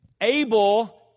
Abel